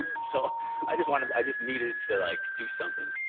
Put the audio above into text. ah so i just wanted, i just needed to like do something.